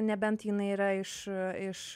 nebent jinai yra iš iš